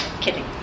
kidding